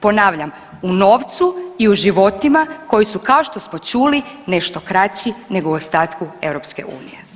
Ponavljam u novcu i u životima koji su kao što smo čuli, nešto kraći nego u ostatku EU.